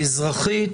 האזרחית.